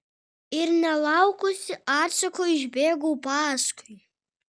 ir nelaukusi atsako išbėgau paskui